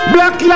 Black